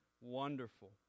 wonderful